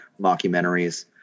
mockumentaries